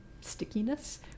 stickiness